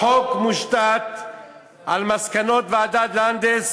החוק מושתת על מסקנות ועדת לנדס,